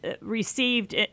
received